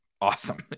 awesome